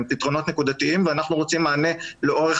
הם פתרונות נקודתיים ואנחנו רוצים מענה לאורך